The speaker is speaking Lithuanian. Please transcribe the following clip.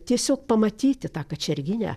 tiesiog pamatyti tą kačerginę